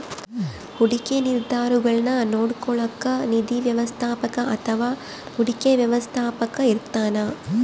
ಹೂಡಿಕೆ ನಿರ್ಧಾರಗುಳ್ನ ನೋಡ್ಕೋಳೋಕ್ಕ ನಿಧಿ ವ್ಯವಸ್ಥಾಪಕ ಅಥವಾ ಹೂಡಿಕೆ ವ್ಯವಸ್ಥಾಪಕ ಇರ್ತಾನ